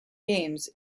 games